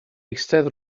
eistedd